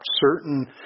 certain